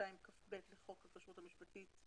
32כב לחוק הכשרות המשפטית,